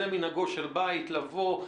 זה מנהגו של בית: לבוא,